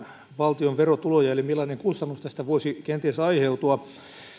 valtion verotuloja eli millainen kustannus tästä voisi kenties aiheutua